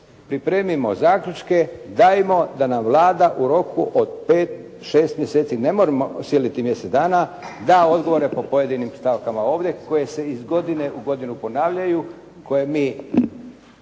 pripremimo zaključke, dajmo da nam Vlada u roku 5, 6 mjeseci nemojmo siliti mjesec dana da odgovore po pojedinim stavkama ovdje koje se iz godine u godinu ponavljaju koje mi